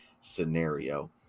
scenario